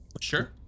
sure